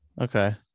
Okay